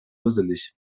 dusselig